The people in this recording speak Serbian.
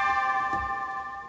glasanje.